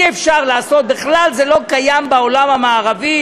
אי-אפשר לעשות, בכלל זה לא קיים בעולם המערבי,